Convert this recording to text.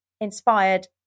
inspired